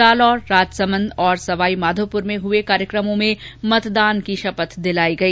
जालौर राजसमंद और सवाई माधोपुर में हुए कार्यक्रमों में भी मतदान की शपथ दिलाई गई